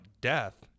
death